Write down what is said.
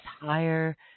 higher